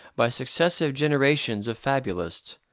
by successive generations of fabulists.